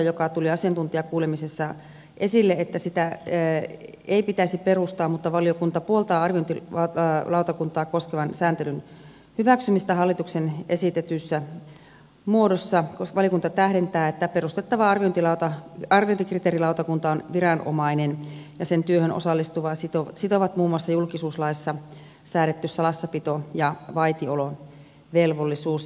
asiantuntijakuulemisissa tuli esille että sitä ei pitäisi perustaa mutta valiokunta puoltaa arviointilautakuntaa koskevan sääntelyn hyväksymistä hallituksen esittämässä muodossa koska valiokunta tähdentää että perustettava arviointikriteerilautakunta on viranomainen ja sen työhön osallistuvaa sitoo muun muassa julkisuuslaissa säädetty salassapito ja vaitiolovelvollisuus